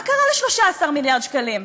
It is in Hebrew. מה קרה ל-13 מיליארד שקלים,